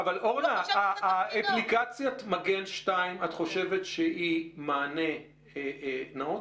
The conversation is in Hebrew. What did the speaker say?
אורנה, אפליקציית מגן 2, את חושבת שהיא מענה נאות?